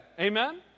Amen